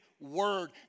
word